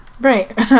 Right